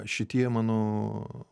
šitie mano